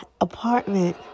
apartment